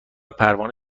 پروانه